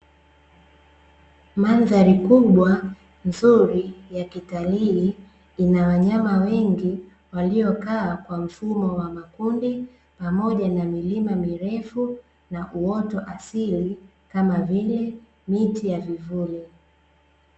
Mandhari kubwa, nzuri ya kitalii, ina wanyama wengi waliokaa kwa mfumo wa makundi, pamoja na milima mirefu na uoto asili, kama vile miti ya vivuli.